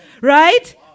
Right